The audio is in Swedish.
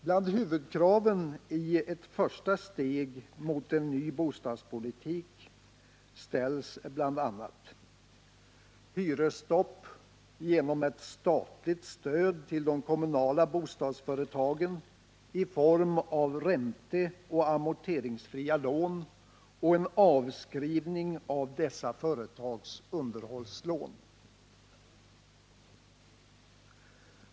Bland huvudkraven i ett första steg mot en ny bostadspolitik är bl.a. hyresstopp genom statligt stöd till de kommunala bostadsföretagen i form av ränteoch amorteringsfria lån samt en avskrivning av dessa företags underhållslån.